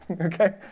Okay